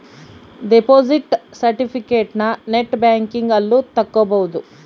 deposit ಸೆರ್ಟಿಫಿಕೇಟನ net banking ಅಲ್ಲು ತಕ್ಕೊಬೊದು